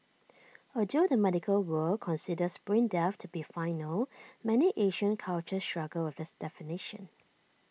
although the medical world considers brain death to be final many Asian cultures struggle with this definition